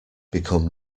become